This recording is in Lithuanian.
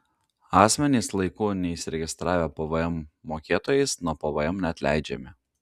asmenys laiku neįsiregistravę pvm mokėtojais nuo pvm neatleidžiami